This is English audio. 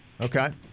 Okay